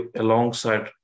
alongside